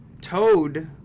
Toad